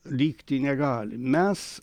likti negali mes